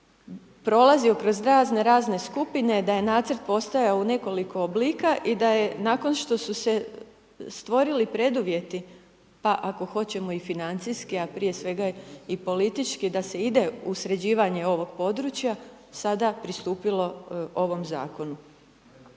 prolazio kroz razne, razne skupine, da je Nacrt postojao u nekoliko oblika, i da je nakon što su se stvorili preduvjeti, pa ako hoćemo i financijski, a prije svega i politički da se ide u sređivanje ovog područja, sada pristupilo ovom Zakonu.